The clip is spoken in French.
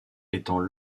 étant